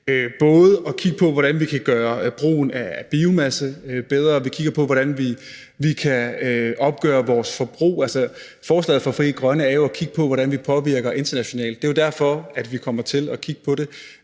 til at kigge på, både hvordan vi kan gøre brugen af biomasse bedre, og hvordan vi kan opgøre vores forbrug. Forslaget fra Frie Grønne er jo at kigge på, hvordan vi påvirker internationalt. Det er jo derfor, vi kommer til at kigge på de